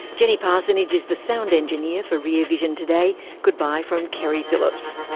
jenny parsonage is the sound engineer for rear vision today. goodbye from keri phillips